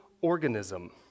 organism